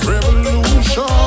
Revolution